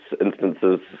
instances